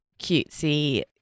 cutesy